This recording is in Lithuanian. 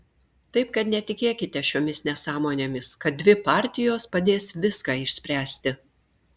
taip kad netikėkite šiomis nesąmonėmis kad dvi partijos padės viską išspręsti